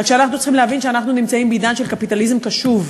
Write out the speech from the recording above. רק שאנחנו צריכים להבין שאנחנו נמצאים בעידן של קפיטליזם קשוב,